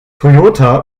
toyota